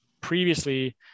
previously